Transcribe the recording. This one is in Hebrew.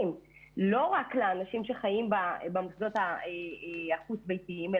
לא רק לאנשים שחיים במוסדות החוץ-ביתיים,